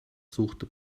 suchte